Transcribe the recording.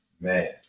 Man